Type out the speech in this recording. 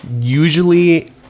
usually